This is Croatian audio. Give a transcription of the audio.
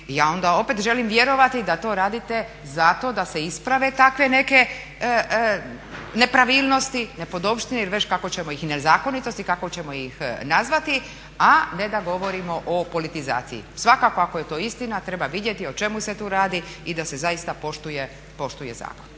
ja onda opet želim vjerovati da to radite zato da se isprave takve neke nepravilnosti, nepodopštine, nezakonitosti ili već kako ćemo nazvati, a ne da govorimo o politizaciji. Svakako ako je to istina treba vidjeti o čemu se tu radi i da se zaista poštuje zakon.